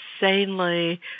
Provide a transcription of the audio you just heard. insanely